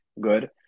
good